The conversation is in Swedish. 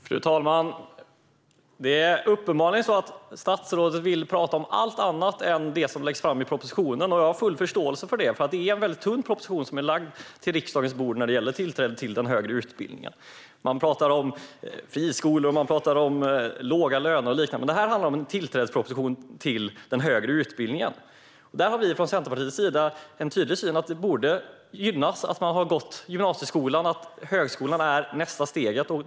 Fru talman! Statsrådet vill uppenbarligen prata om allt annat än det som läggs fram i propositionen. Jag har full förståelse för det, för det är en väldigt tunn proposition som är lagd på riksdagens bord när det gäller tillträde till den högre utbildningen. Man pratar om friskolor, om låga löner och så vidare. Men det här handlar om en proposition om tillträdet till den högre utbildningen. Vi har från Centerpartiets sida en tydlig syn att man borde gynnas av att ha gått gymnasieskolan och att högskolan är nästa steg.